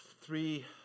three